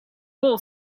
wall